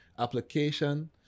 application